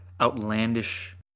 outlandish